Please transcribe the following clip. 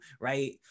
right